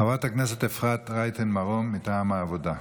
חברת הכנסת אפרת רייטן מרום, מטעם העבודה,